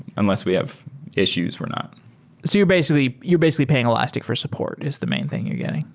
unless we have issues, we're not so you're basically you're basically paying elastic for support is the main thing you're getting.